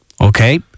Okay